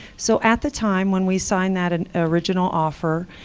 so at the time when we signed that an original offer,